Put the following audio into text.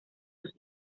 sus